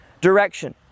direction